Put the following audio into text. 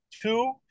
two